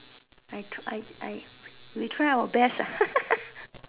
I I I we try our best lah